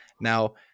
Now